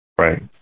Right